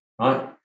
right